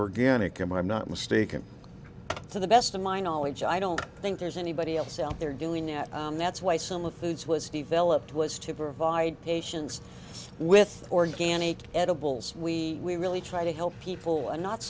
organic and i'm not mistaken to the best of my knowledge i don't think there's anybody else out there doing it that's why some of foods was developed was to provide patients with organic edibles we we really try to help people and not